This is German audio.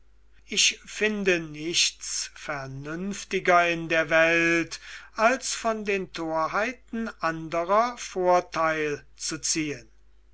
ich finde nichts vernünftiger in der welt als von den torheiten anderer vorteil zu ziehen